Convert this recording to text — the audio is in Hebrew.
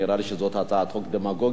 נראה לי שזאת הצעת חוק דמגוגית,